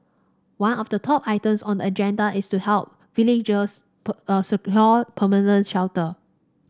one of the top items on the agenda is to help villagers secure permanent shelter